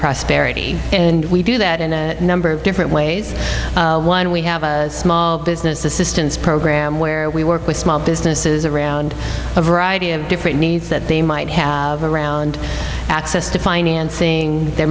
prosperity and we do that in a number of different ways one we have a small business assistance program where we work with small businesses around a variety of different needs that they might have around access to financing there